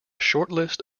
shortlist